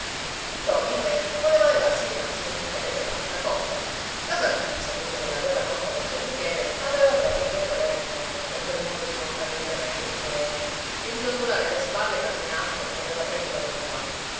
ntoni invece voleva levarsi dinanzi don michele per un'altra cosa la santuzza dopo che l'aveva rotta con don michele aveva preso a ben volere ntoni per quel modo di portare il berretto sull'orecchio e di dondolare le spalle camminando che aveva preso da soldato